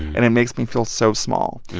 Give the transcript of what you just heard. and it makes me feel so small.